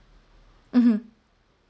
mmhmm